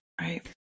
Right